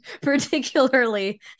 particularly